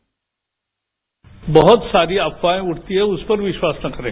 bite बहुत सारी अफवाहें उड़ती हैं उस पर विश्वास न करें